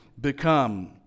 become